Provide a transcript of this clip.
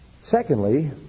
Secondly